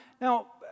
Now